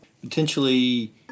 Potentially